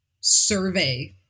survey